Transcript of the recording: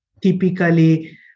typically